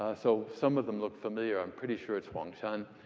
ah so some of them look familiar. i'm pretty sure it's huangshan.